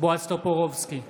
בועז טופורובסקי,